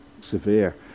severe